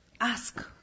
ask